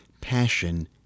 passion